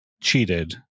cheated